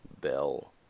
Bell